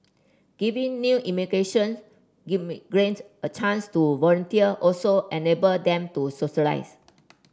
giving new immigration give me a chance to volunteer also enable them to socialise